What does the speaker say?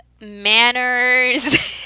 manners